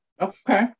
Okay